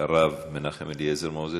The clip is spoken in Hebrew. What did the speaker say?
הרב מנחם אליעזר מוזס,